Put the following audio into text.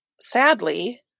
sadly